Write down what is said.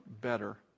better